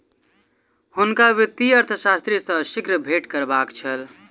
हुनका वित्तीय अर्थशास्त्री सॅ शीघ्र भेंट करबाक छल